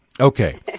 Okay